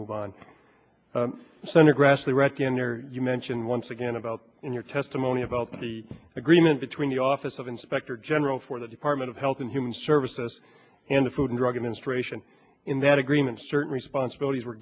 reckoner you mentioned once again about in your testimony about the agreement between the office of inspector general for the department of health and human services and the food and drug administration in that agreement certain responsibilities were